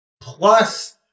plus